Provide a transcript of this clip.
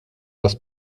taf